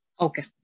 Okay